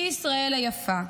היא ישראל היפה,